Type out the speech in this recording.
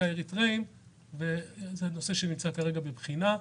האריתראים וזה נושא שנמצא כרגע בבחינה.